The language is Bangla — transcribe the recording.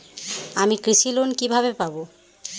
আমি কৃষি লোন কিভাবে পাবো?